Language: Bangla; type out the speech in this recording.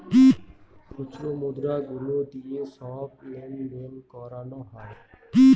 খুচরো মুদ্রা গুলো দিয়ে সব লেনদেন করানো হয়